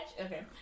Okay